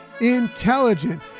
intelligent